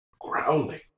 Growling